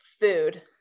food